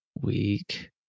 week